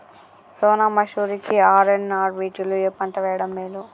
సోనా మాషురి కి ఆర్.ఎన్.ఆర్ వీటిలో ఏ పంట వెయ్యడం మేలు?